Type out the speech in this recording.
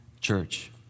church